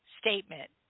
statement